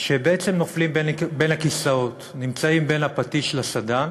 שבעצם נופלים בין הכיסאות, נמצאים בין הפטיש לסדן.